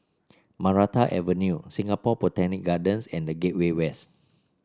Maranta Avenue Singapore Botanic Gardens and The Gateway West